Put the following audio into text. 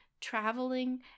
traveling